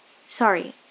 Sorry